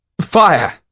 Fire